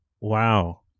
Wow